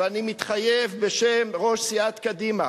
ואני מתחייב בשם ראש סיעת קדימה,